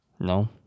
No